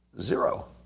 Zero